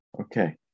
Okay